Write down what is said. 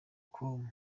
com